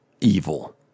evil